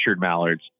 mallards